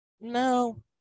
No